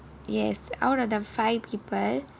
yes out of the five people